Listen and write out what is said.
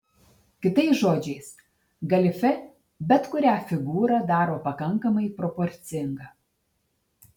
kitais žodžiais galifė bet kurią figūrą daro pakankamai proporcinga